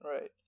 right